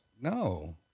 No